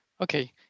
Okay